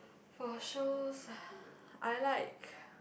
for shows I like